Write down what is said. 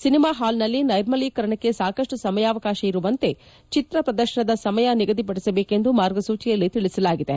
cinema ಹಾಲ್ನಲ್ಲಿ ನೈರ್ಮಲ್ಕೀಕರಣಕ್ಕೆ ಸಾಕಮ್ವ ಸಮಯಾವಕಾಶ ಇರುವಂತೆ ಚಿತ್ರಪ್ರದರ್ಶನದ ಸಮಯವನ್ನು ನಿಗದಿಪಡಿಸಬೇಕು ಎಂದು ಮಾರ್ಗಸೂಚಿಯಲ್ಲಿ ತಿಳಿಸಲಾಗಿದೆ